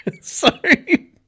Sorry